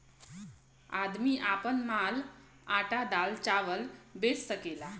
आदमी आपन माल आटा दाल चावल बेच सकेला